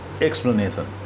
explanation